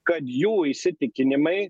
kad jų įsitikinimai